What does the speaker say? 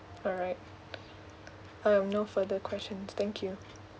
alright I have no further questions thank you